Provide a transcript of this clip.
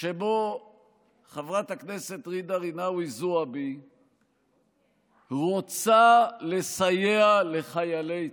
שבו חברת הכנסת ג'ידא רינאוי זועבי רוצה לסייע לחיילי צה"ל.